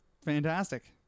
fantastic